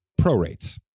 prorates